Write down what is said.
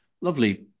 lovely